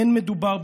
לא מדובר,